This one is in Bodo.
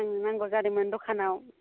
आंनो नांगौ जादोंमोन दखानाव